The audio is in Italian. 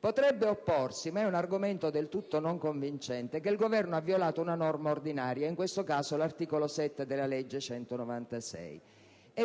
Potrebbe opporsi, ma è un argomento del tutto non convincente, che il Governo ha violato una norma ordinaria, in questo caso l'articolo 7 della legge n. 196 del